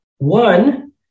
One